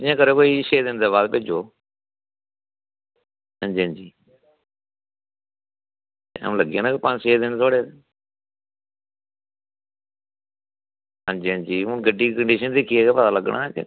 इयां करेयो कोई छे दिन दै बाद भेजो हां जी हां जी टैम लग्गी जानां कोी पंज छे दिन तुआढ़े हां जी हां जी हून गड्डी दी कंडिशन दिक्खियै गै पता लग्गना ऐ